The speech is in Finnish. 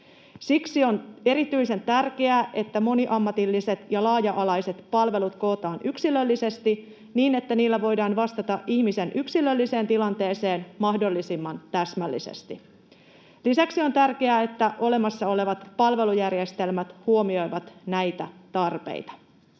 Siksi on erityisen tärkeää, että moniammatilliset ja laaja-alaiset palvelut kootaan yksilöllisesti niin, että niillä voidaan vastata ihmisen yksilölliseen tilanteeseen mahdollisimman täsmällisesti. Lisäksi on tärkeää, että olemassa olevat palvelujärjestelmät huomioivat näitä tarpeita.